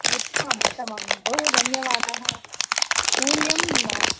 उत्तमम् उत्तमं बहु धन्यवादः मूल्यम्